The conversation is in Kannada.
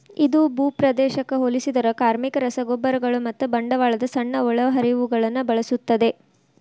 ಇದು ಭೂಪ್ರದೇಶಕ್ಕೆ ಹೋಲಿಸಿದರೆ ಕಾರ್ಮಿಕ, ರಸಗೊಬ್ಬರಗಳು ಮತ್ತು ಬಂಡವಾಳದ ಸಣ್ಣ ಒಳಹರಿವುಗಳನ್ನು ಬಳಸುತ್ತದೆ